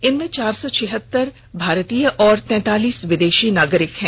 इनमें चार सौ छिहत्तर भारतीय और तैंतालिस विदेशी नागरिक हैं